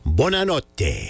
buonanotte